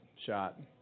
shot